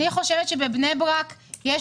אני חושבת שבבני-ברק יש